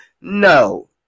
No